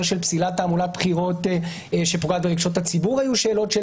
של פסילת תעמולת בחירות שפוגעת ברגשות הציבור היו שם שאלות של